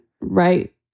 right